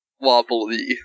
wobbly